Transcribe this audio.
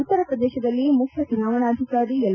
ಉತ್ತರಪ್ರದೇಶದಲ್ಲಿ ಮುಖ್ಯ ಚುನಾವಣಾಧಿಕಾರಿ ಎಲ್